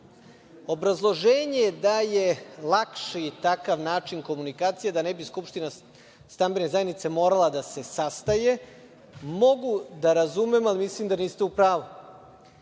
zakonom. Obrazloženje da je lakši takav način komunikacije da ne bi skupština stambene zajednice morala da se sastaje mogu da razumem, ali mislim da niste u pravu.